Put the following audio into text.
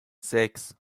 sechs